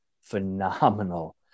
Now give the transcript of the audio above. phenomenal